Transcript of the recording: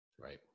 Right